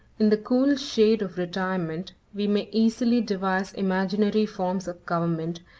in the cool shade of retirement, we may easily devise imaginary forms of government,